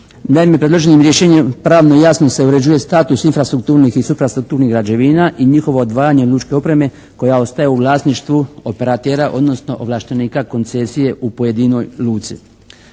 Naime, predloženim rješenjem pravno i jasno se uređuju status infrastrukturnih i suprastrukturnih građevina i njihovo odvajanje od lučke opreme koja ostaje u vlasništvu operatera odnosno ovlaštenika koncesije u pojedinoj luci.